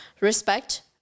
respect